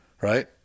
right